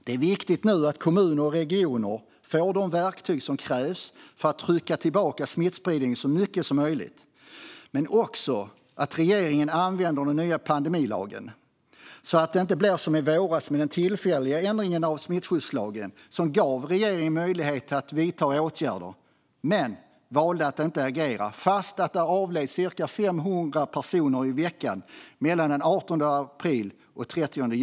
Det är nu viktigt att kommuner och regioner får de verktyg som krävs för att trycka tillbaka smittspridningen så mycket som möjligt men också att regeringen använder den nya pandemilagen, så att det inte blir som i våras med den tillfälliga ändringen av smittskyddslagen. Den gav regeringen möjlighet att vidta åtgärder, men man valde att inte agera trots att ca 500 personer i veckan avled mellan den 18 april och den 30 juni.